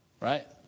Right